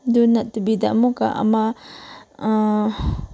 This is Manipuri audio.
ꯑꯗꯨ ꯅꯠꯇꯕꯤꯗ ꯑꯃꯨꯛꯀ ꯑꯃ